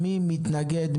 מי מתנגד?